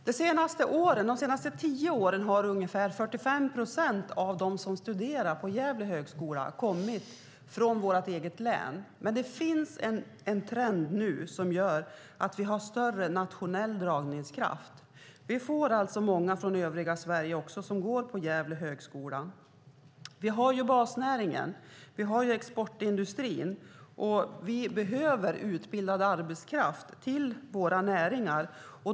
De senaste tio åren har ungefär 45 procent av dem som studerat på Högskolan i Gävle kommit från vårt eget län. Men det finns en trend som gör att högskolan har större nationell dragningskraft. Vi får många studenter från övriga Sverige som går på Högskolan i Gävle. Vi har basnäringen och exportindustrin. Vi behöver utbildad arbetskraft till våra näringar.